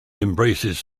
embraces